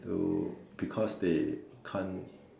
to because they can't